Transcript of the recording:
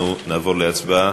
אנחנו נעבור להצבעה.